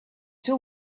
two